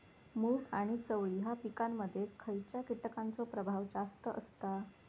मूग आणि चवळी या पिकांमध्ये खैयच्या कीटकांचो प्रभाव जास्त असता?